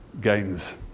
gains